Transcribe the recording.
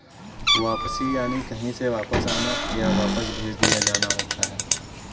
वापसी यानि कहीं से वापस आना, या वापस भेज दिया जाना होता है